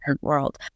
world